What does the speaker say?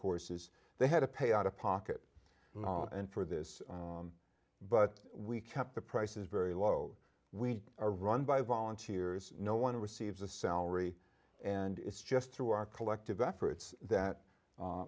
courses they had to pay out of pocket and for this but we kept the prices very low we are run by volunteers no one receives a salary and it's just through our collective efforts that